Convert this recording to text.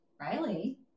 Riley